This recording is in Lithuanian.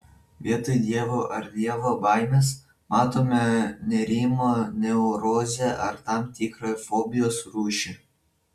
vietoj dievo ar dievo baimės matome nerimo neurozę ar tam tikrą fobijos rūšį